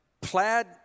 plaid